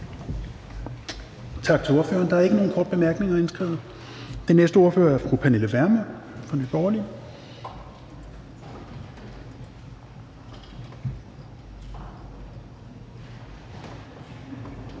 Tak til ordføreren. Der er ikke indskrevet nogen til korte bemærkninger. Den næste ordfører er fru Pernille Vermund fra Nye Borgerlige.